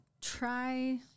try